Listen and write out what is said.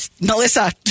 Melissa